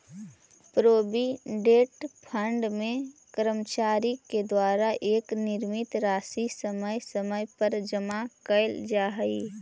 provident fund में कर्मचारि के द्वारा एक निश्चित राशि समय समय पर जमा कैल जा हई